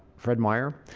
fred meyer,